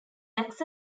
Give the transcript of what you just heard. lacks